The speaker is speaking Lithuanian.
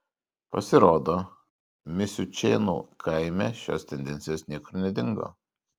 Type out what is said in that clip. pasirodo misiučėnų kaime šios tendencijos niekur nedingo